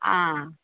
आं